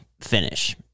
finish